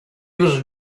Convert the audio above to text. was